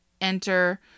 enter